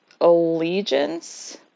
allegiance